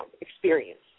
experience